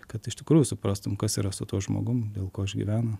kad iš tikrųjų suprastum kas yra su tuo žmogumi dėl ko išgyvena